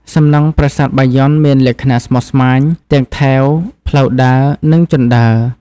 សំណង់ប្រាសាទបាយ័នមានលក្ខណៈស្មុគស្មាញ ទាំងថែវ ផ្លូវដើរ និងជណ្តើរ។